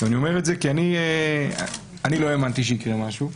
אני אומר את זה כי אני לא האמנתי שיקרה משהו,